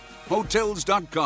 Hotels.com